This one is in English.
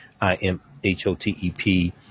I-M-H-O-T-E-P